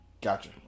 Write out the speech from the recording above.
Gotcha